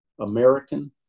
American